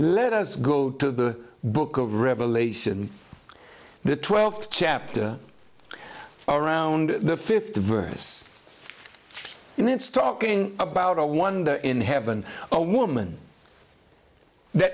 let us go to the book of revelation the twelfth chapter around the fifth versus in it's talking about a wonder in heaven a woman that